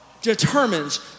determines